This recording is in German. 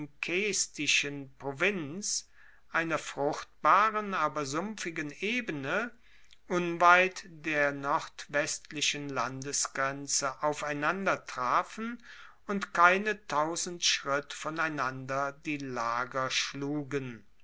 lynkestischen provinz einer fruchtbaren aber sumpfigen ebene unweit der nordwestlichen landesgrenze aufeinandertrafen und keine schritt voneinander die lager schlugen